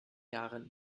jahren